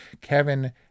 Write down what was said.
Kevin